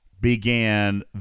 Began